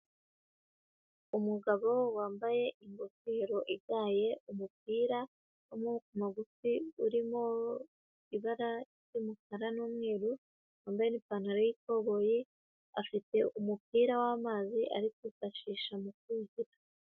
Umugabo wambaye ingofero igaye, umupira w'amaboko magufi urimo ibara ry'umukara n'umweru, wambaye n'ipantaro y'ikoboyi afite umupira w'amazi ari kwifashisha mu kuhira.